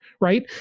right